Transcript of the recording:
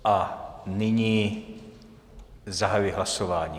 A nyní zahajuji hlasování.